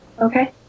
Okay